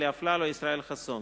אלי אפללו וישראל חסון.